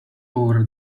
over